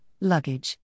luggage